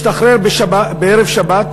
השתחרר בערב שבת.